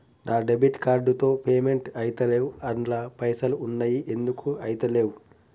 నా debit card తో payment ఐతలేవ్ అండ్ల పైసల్ ఉన్నయి ఎందుకు ఐతలేవ్?